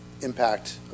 impact